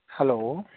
hello